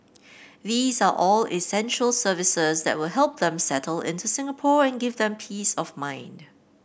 these are all essential services that will help them settle into Singapore and give them peace of mind